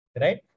Right